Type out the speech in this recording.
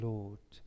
Lord